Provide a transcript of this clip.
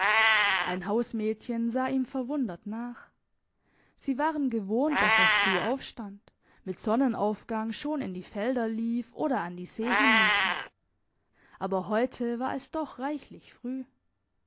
ein hausmädchen sah ihm verwundert nach sie waren gewohnt dass er früh aufstand mit sonnenaufgang schon in die felder lief oder an die see hinunter aber heute war es doch reichlich früh